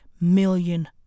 million